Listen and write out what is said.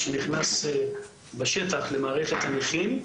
נכנס בשטח למערכת הנכים,